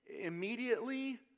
immediately